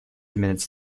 minutes